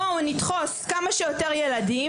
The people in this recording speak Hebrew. בואו נדחוס כמה שיותר ילדים,